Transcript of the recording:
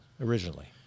originally